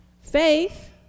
faith